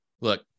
look